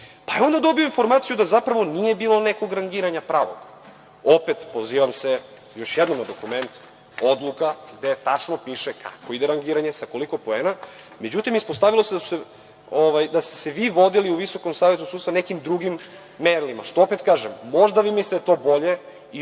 Onda je dobio informaciju da zapravo nije bilo nekog rangiranja pravog. Opet, se pozivam još jednom na dokument, odluka gde tačno piše kako ide rangiranje, sa koliko poena, ali ispostavilo se da ste se vi vodili u Visokom savetu sudstva nekim drugim merilima, što opet kažem, možda vi mislite da je to bolje